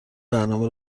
نامه